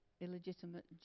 illegitimate